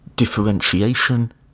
differentiation